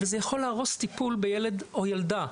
זה יכול להרוס טיפול בילד או ילדה.